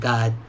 God